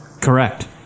Correct